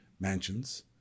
mansions